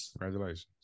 congratulations